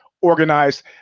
organized